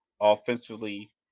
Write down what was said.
offensively